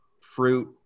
fruit